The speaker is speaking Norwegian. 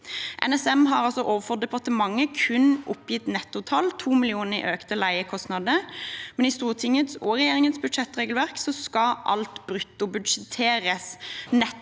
NSM har overfor departementet kun oppgitt nettotall – 2 mill. kr i økte leiekostnader. I Stortingets og regjeringens budsjettregelverk skal alt bruttobudsjetteres, nettopp